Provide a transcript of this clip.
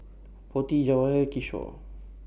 Potti Jawaharlal Kishore